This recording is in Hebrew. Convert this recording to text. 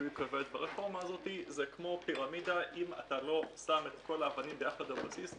זה כמו פירמידה אם אתה לא שם את האבנים ביחד בבסיס,